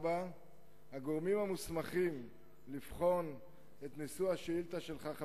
הגורמים המוסמכים לבחון את נושא השאילתא שלך,